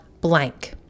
blank